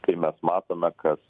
kai mes matome kas